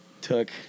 took